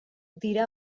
dira